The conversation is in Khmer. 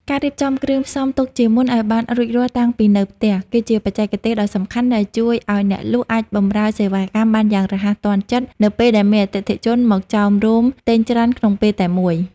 ការរៀបចំគ្រឿងផ្សំទុកជាមុនឱ្យបានរួចរាល់តាំងពីនៅផ្ទះ គឺជាបច្ចេកទេសដ៏សំខាន់ដែលជួយឱ្យអ្នកលក់អាចបម្រើសេវាកម្មបានយ៉ាងរហ័សទាន់ចិត្តនៅពេលដែលមានអតិថិជនមកចោមរោមទិញច្រើនក្នុងពេលតែមួយ។